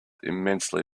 immensely